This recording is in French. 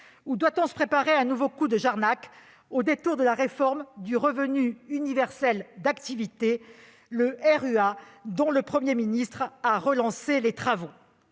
doit-on se préparer à un nouveau coup de Jarnac au détour de la réforme du revenu universel d'activité (RUA) dont le Premier ministre a relancé les travaux ?